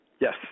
Yes